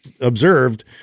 observed